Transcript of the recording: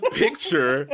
picture